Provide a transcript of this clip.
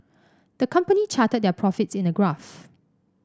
the company charted their profits in a graph